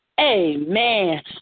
Amen